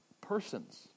persons